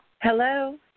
hello